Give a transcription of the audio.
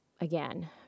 again